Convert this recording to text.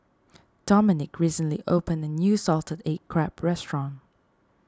Domenick recently opened a new Salted Egg Crab restaurant